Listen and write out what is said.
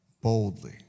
boldly